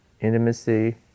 intimacy